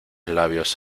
labios